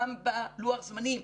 גם בלוח הזמנים,